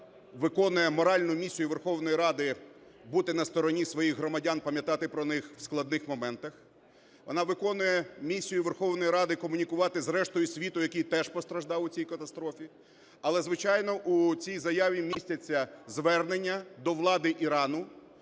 вона виконує моральну місію Верховної Ради бути на стороні своїх громадян, пам'ятати про них в складних моментах. Вона виконує місію Верховної Ради комунікувати з рештою світу, який теж постраждав у цій катастрофі. Але, звичайно, у цій заяві містяться звернення до влади Ірану